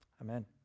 amen